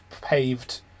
paved